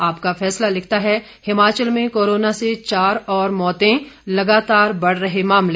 आपका फैसला लिखता है हिमाचल में कोरोना से चार और मौतें लगातार बढ़ रहे मामले